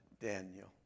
Daniel